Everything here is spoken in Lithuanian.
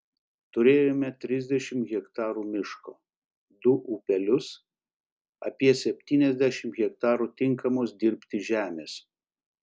turėjome trisdešimt hektarų miško du upelius apie septyniasdešimt hektarų tinkamos dirbti žemės